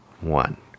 one